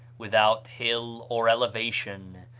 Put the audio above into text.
without hill or elevation,